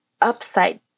upside